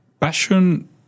passion